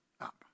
up